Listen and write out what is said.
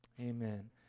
Amen